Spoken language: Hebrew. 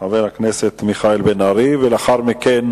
חבר הכנסת מיכאל בן-ארי, ולאחר מכן